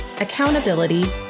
accountability